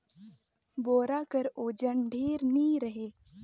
बोरा कर ओजन ढेर नी रहें